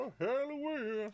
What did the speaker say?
Halloween